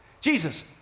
Jesus